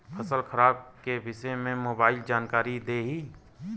फसल खराब के विषय में मोबाइल जानकारी देही